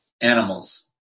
animals